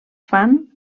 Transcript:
fan